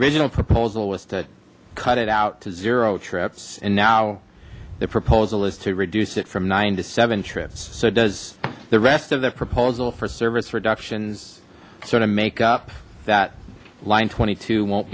original proposal was to cut it out two zero trips and now the proposal is to reduce it from nine to seven trips so does the rest of the proposal for service reductions sort of make up that line twenty two won't